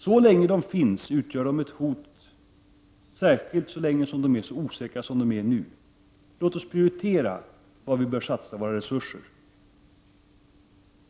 Så länge anläggningarna finns utgör de ett hot, särskilt så länge som de är så osäkra som de är nu. Låt oss prioritera var vi bör satsa våra resurser!